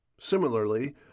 Similarly